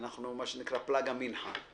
אנחנו מה שנקרא "פלגא מנחה"